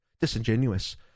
disingenuous